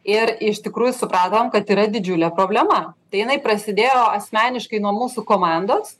ir iš tikrųjų supratom kad yra didžiulė problema tai jinai prasidėjo asmeniškai nuo mūsų komandos